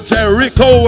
Jericho